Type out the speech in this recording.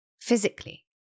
physically